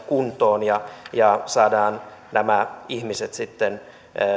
kuntoon ja ja saadaan nämä ihmiset sitten